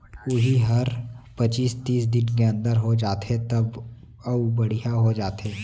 उही हर पचीस तीस दिन के अंदर हो जाथे त अउ बड़िहा हो जाथे